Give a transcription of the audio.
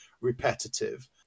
repetitive